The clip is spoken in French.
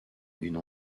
une